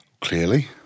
Clearly